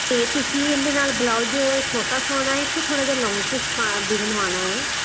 ਤੇ ਤੁਸੀਂ ਇਹਦੇ ਨਾਲ ਬਲਾਓਜ ਛੋਟਾ ਸਿਉਣਾ ਏ ਕਿ ਥੋੜਾ ਜਿਹਾ ਲੌਂਗ ਚ ਸ਼ ਵੀ ਬਣਾਉਣਾ ਏ